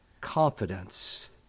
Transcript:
confidence